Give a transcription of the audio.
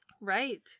Right